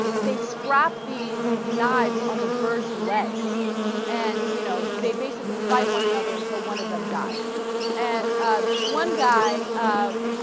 they strap fees knives on the bird selects and you know they basically fight one another until one of them dies and add this one guy ah.